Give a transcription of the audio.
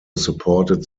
supported